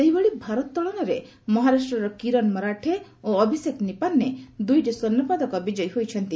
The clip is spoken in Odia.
ସେହିଭଳି ଭରୋତ୍ତଳନରେ ମହାରାଷ୍ଟ୍ରର କିରନ୍ ମରାଠେ ଓ ଅଭିଷେକ ନିପାନ୍ନେ ଦ୍ରୁଇଟି ସ୍ୱର୍ଷପଦକ ବିଜୟୀ ହୋଇଛନ୍ତି